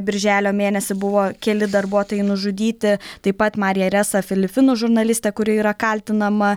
birželio mėnesį buvo keli darbuotojai nužudyti taip pat marija resa filifinų žurnalistė kuri yra kaltinama